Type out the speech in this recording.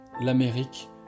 L'Amérique